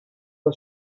the